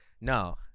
No